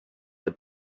that